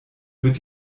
wird